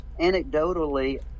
anecdotally